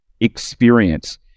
experience